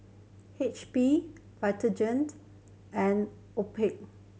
H P Vitagen and Obaku